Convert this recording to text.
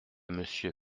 monsieur